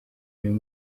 uyu